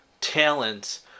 talents